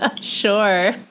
Sure